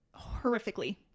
horrifically